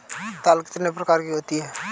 दाल कितने प्रकार की होती है?